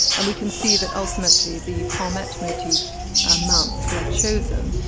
and we can see that ultimately the palmette motif mounts were chosen.